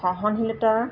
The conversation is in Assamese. সহনীলতাৰ